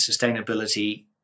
sustainability